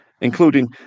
including